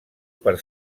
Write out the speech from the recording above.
per